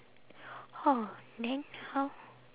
orh then how